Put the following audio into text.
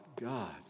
God